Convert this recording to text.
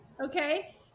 okay